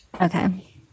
Okay